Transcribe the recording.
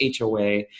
HOA